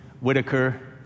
Whitaker